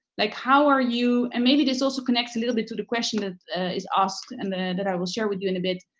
like how are you, and maybe this also connects a little bit to the question that is asked and that i will share with you in a bit,